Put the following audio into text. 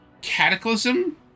Cataclysm